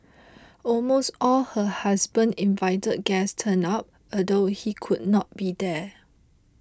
almost all her husband invited guest turned up although he could not be there